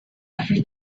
every